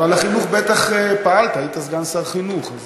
אבל על החינוך בטח פעלת, היית סגן שר החינוך, אז